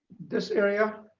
this area